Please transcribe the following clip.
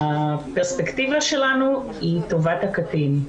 הפרספקטיבה שלנו היא טובת הקטין.